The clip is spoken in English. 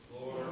Lord